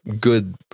good